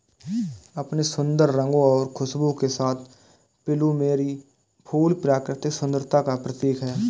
अपने सुंदर रंगों और खुशबू के साथ प्लूमेरिअ फूल प्राकृतिक सुंदरता का प्रतीक है